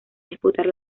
disputar